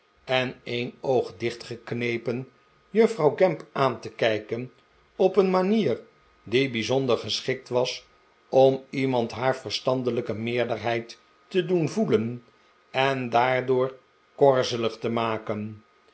en een oog dichtgeknepen juffrouw gamp aan te kijken op een manier die bijzonder geschikt was om iemand haar verstandelijke meerderheid te doen voelen en daardoor korzelig te maken